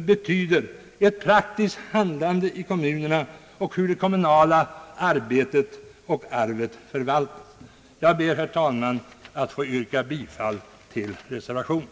betyder ett praktiskt handlande i kommunerna och Jag ber, herr talman, att få yrka bifall till reservationen.